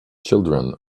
children